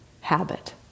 habit